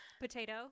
potato